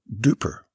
duper